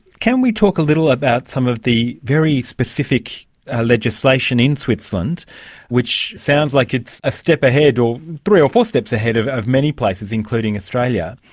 can we talk a little about some of the very specific ah legislation in switzerland which sounds like it's a step ahead or three or four steps ahead of of many places, including australia.